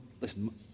Listen